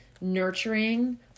nurturing